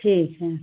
ठीक है